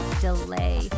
delay